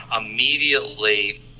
immediately